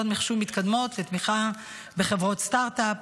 מחשוב מתקדמות לתמיכה בחברות סטרטאפ,